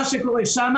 מה שקורה שם